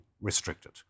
restricted